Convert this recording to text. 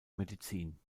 medizin